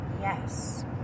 yes